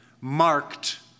marked